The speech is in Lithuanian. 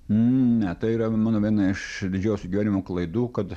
ne tai yra mano viena iš didžiausių gyvenimo klaidų kad